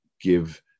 give